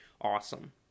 awesome